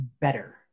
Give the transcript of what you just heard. better